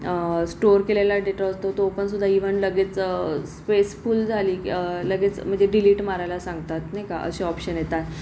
store केलेला data असतो तो पण सुद्धा इव्हन लगेच स्पेस फुल झाली की लगेच म्हणजे डिलीट मारायला सांगतात नाही का असे ऑप्शन येतात